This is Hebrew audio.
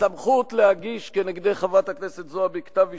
לך קראתי רק פעם אחת.